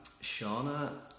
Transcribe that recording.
Shauna